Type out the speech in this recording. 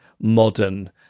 modern